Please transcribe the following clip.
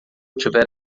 tiver